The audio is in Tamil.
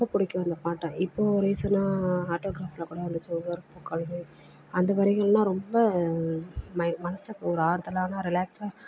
ரொம்ப பிடிக்கும் அந்த பாட்டை இப்போது ரீசென்னாக ஆட்டோகிராஃபில் கூட வந்துடுச்சி ஒவ்வொரு பூக்களும் அந்த வரிகள்லாம் ரொம்ப ம மனசுக்கு ஒரு ஆறுதலான ரிலாக்ஸாக